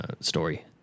story